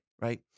Right